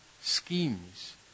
schemes